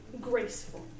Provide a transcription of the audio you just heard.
graceful